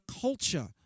culture